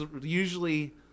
usually